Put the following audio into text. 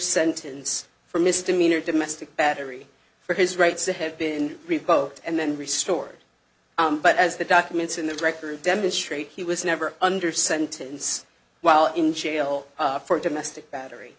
sentence for misdemeanor domestic battery for his rights to have been revoked and then restored but as the documents in the record demonstrate he was never under sentence while in jail for domestic battery